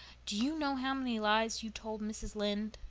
do you know how many lies you told mrs. lynde?